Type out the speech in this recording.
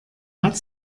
hat